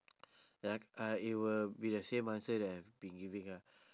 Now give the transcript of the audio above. like I it will be the same answer that I've been giving ah